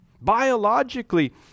Biologically